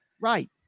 right